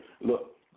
look